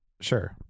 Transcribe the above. sure